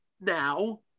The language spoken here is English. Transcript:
now